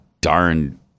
darn